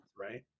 right